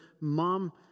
mom